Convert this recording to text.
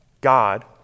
God